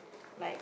like